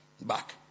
back